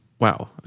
wow